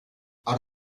out